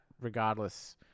regardless